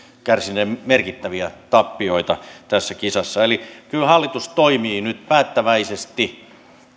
kärsineet merkittäviä tappioita tässä kisassa eli kyllä hallitus toimii nyt päättäväisesti